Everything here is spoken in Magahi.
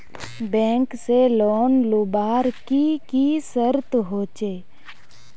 बैंक से लोन लुबार की की शर्त होचए?